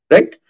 Right